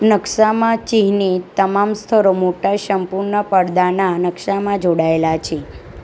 નકશામાં ચિહ્નિત તમામ સ્થળો મોટા સંપૂર્ણ પડદાના નકશામાં જોડાયેલા છે